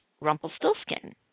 Rumpelstiltskin